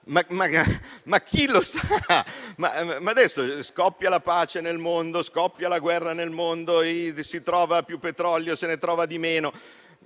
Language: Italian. ma chi lo sa? Adesso scoppia la pace nel mondo, la guerra nel mondo, si trova più petrolio, se ne trova di meno: